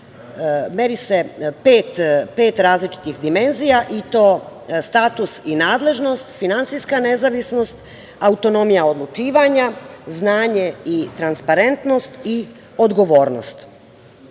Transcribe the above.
se pet različitih dimenzija i to: status i nadležnost, finansijska nezavisnost, autonomija odlučivanja, znanje i transparentnost i odgovornost.